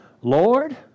Lord